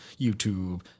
YouTube